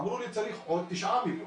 אמרו לי שצריך עוד 9 מיליון.